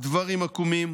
דברים עקומים.